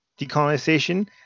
Decolonization